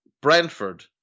Brentford